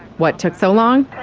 what took so long?